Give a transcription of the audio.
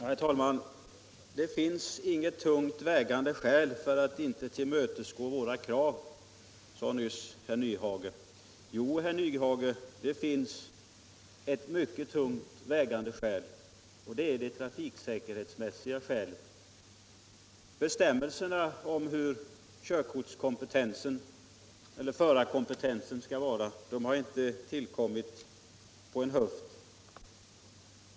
Herr talman! Det finns intet tungt vägande skäl för att inte tillmötesgå våra krav, sade herr Nyhage alldeles nyss. Jo, herr Nyhage, det finns mycket tungt vägande skäl, nämligen trafiksäkerhetsskälen. Bestämmelserna om förarkompetensen har inte tillkommit på en höft.